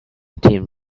tim